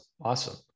Awesome